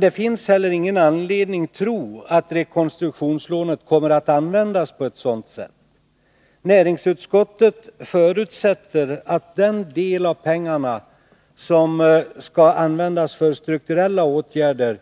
Det finns heller ingen anledning tro att rekonstruktionslånet kommer att användas på ett sådant sätt. Näringsutskottet förutsätter att den del av pengarna som skall användas för strukturella åtgärder